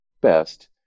best